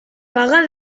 pagar